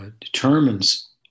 determines